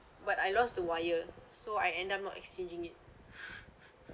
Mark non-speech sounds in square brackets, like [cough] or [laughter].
but I lost the wire so I end up not exchanging it [breath]